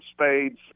spades